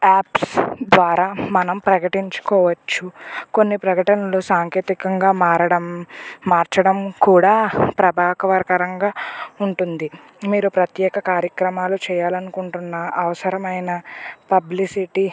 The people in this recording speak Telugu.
యాప్స్ ద్వారా మనం ప్రకటించుకోవచ్చు కొన్ని ప్రకటనలు సాంకేతికంగా మారడం మార్చడం కూడా ప్రభావిత రకంగా ఉంటుంది మీరు ప్రత్యేక కార్యక్రమాలు చేయాలనుకుంటున్నా అవసరమైన పబ్లిసిటీ